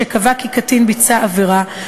שקבע כי קטין ביצע עבירה,